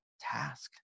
task